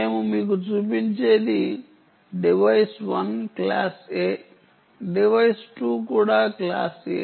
మేము మీకు చూపించేది డివైస్ 1 క్లాస్ ఎ డివైస్ 2 కూడా క్లాస్ ఎ